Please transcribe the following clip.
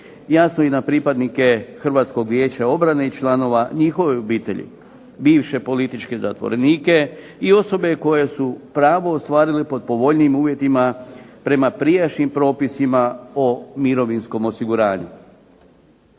Jasno i na pripadnike Hrvatskog vijeća obrane i njihove obitelji, bivše političke zatvorenike i osobe koje su pravo ostvarile pod povoljnijim uvjetima prema prijašnjim propisima o mirovinskom osiguranju.